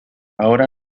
ahora